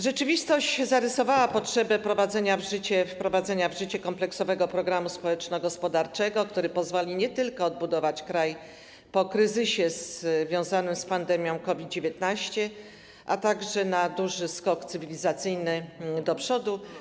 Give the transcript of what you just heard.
Rzeczywistość zarysowała potrzebę wprowadzania w życie kompleksowego programu społeczno-gospodarczego, który pozwoli nie tylko odbudować kraj po kryzysie związanym z pandemią COVID-19, lecz także wykonać duży skok cywilizacyjny do przodu.